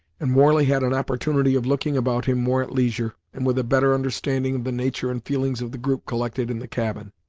and warley had an opportunity of looking about him more at leisure, and with a better understanding of the nature and feelings of the group collected in the cabin.